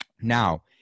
Now